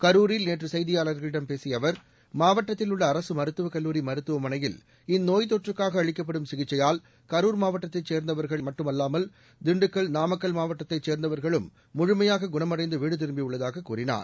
கரூரில் நேற்று செய்தியாளர்களிடம் பேசிய அவர் மாவட்டத்தில் உள்ள அரசு மருத்துவக் கல்லூரி மருத்துவமனையில் இந்நோய் தொற்றுக்காக அளிக்கப்படும் சிகிச்சையால் கரூர் மாவட்டத்தைச் சேர்ந்தவர்கள் அல்லாமல் திண்டுக்கல் நாமக்கல் மாவட்டத்தைச் சேர்ந்தவர்களும் முழுமையாக குணமடைந்து வீடு திரும்பியுள்ளதாக கூறினார்